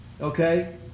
okay